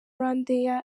rwandair